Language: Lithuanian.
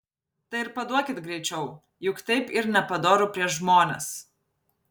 tai ir paduokit greičiau juk taip yr nepadoru prieš žmones